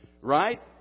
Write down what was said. right